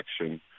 action